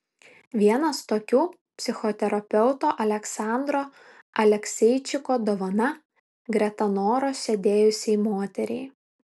vienas tokių psichoterapeuto aleksandro alekseičiko dovana greta noros sėdėjusiai moteriai